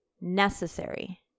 necessary